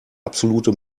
absolute